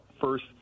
first